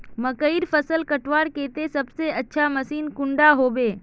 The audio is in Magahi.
मकईर फसल कटवार केते सबसे अच्छा मशीन कुंडा होबे?